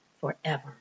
forever